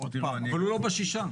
אבל הוא לא בשישה.